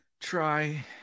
Try